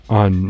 on